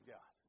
God